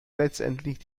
letztendlich